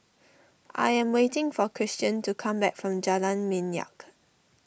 I am waiting for Christian to come back from Jalan Minyak